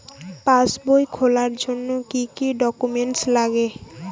পাসবই খোলার জন্য কি কি ডকুমেন্টস লাগে?